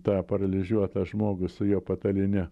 tą paralyžiuotą žmogų su jo patalyne